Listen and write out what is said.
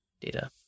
data